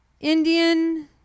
Indian